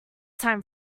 time